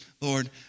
Lord